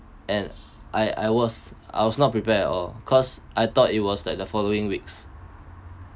and I I was I was not prepared at all cause I thought it was like the following weeks